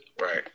Right